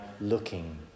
looking